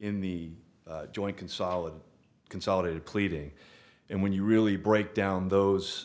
in the joint consolidate consolidated pleading and when you really break down those